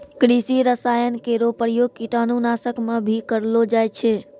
कृषि रसायन केरो प्रयोग कीटाणु नाशक म भी करलो जाय छै